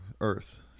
earth